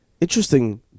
interesting